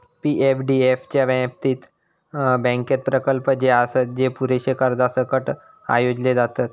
पी.एफडीएफ च्या बाबतीत, बँकेत प्रकल्प जे आसत, जे पुरेशा कर्जासकट आयोजले जातत